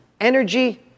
Energy